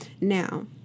Now